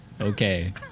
Okay